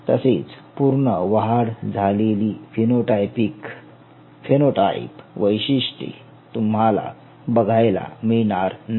तसेच पूर्ण वाढ झालेली फिनोटाइपिक फेनोटाइप वैशिष्ट्ये तुम्हाला बघायला मिळणार नाही